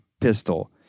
pistol